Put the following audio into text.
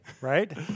right